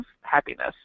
happiness